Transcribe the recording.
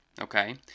okay